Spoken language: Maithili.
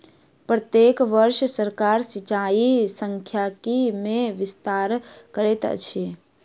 प्रत्येक वर्ष सरकार सिचाई सांख्यिकी मे विस्तार करैत अछि